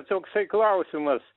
toksai klausimas